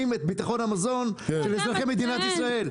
את ביטחון המזון של אזרחי מדינת ישראל.